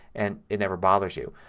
and it never bothers you.